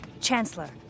Chancellor